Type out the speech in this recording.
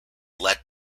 let